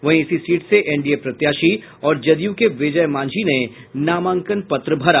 वहीं इसी सीट से एनडीए प्रत्याशी और जदयू के विजय मांझी ने नामांकन पत्र भरा